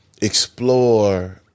explore